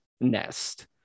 nest